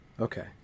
Okay